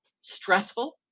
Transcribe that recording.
stressful